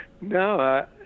no